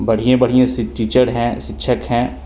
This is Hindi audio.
बढ़ियें बढ़ियें सी टीचर हैं शिक्षक हैं